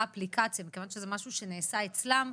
אפליקציה - מכיוון שזה משהו שנעשה אצלם,